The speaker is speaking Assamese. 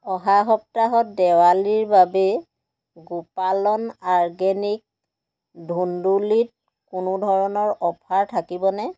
অহা সপ্তাহত দেৱালীৰ বাবে গোপালন আৰ্গেনিক ধুন্দুলিত কোনো ধৰণৰ অ'ফাৰ থাকিব নে